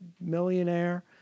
millionaire